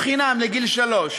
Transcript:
חינם לגיל שלוש.